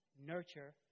nurture